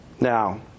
Now